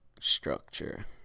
structure